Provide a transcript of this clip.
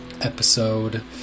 episode